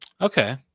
Okay